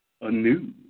anew